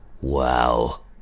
Wow